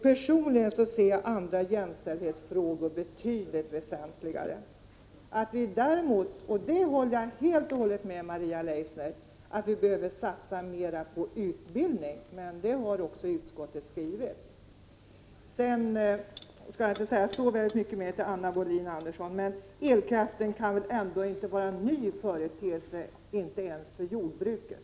Personligen ser jag andra jämställdhetsfrågor betydligt väsentligare. Däremot håller jag helt och hållet med Maria Leissner om att vi behöver satsa mer på utbildning. Det har också utskottet skrivit. Jag skall inte säga så mycket mer till Anna Wohlin-Andersson, men 83 elkraften kan väl ändå inte vara en ny företeelse — inte ens för jordbruket.